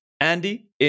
Andy